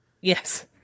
yes